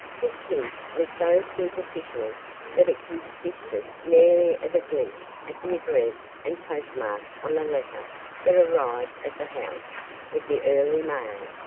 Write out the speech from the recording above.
this hint was so superficial that it consisted merely of a glimpse at the address and postmark on a letter that arrived at the house with the early mail.